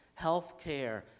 healthcare